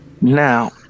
Now